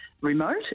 remote